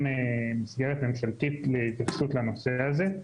מסגרת ממשלתית להתייחסות לנושא הזה.